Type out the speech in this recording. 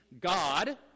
God